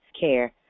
care